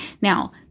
Now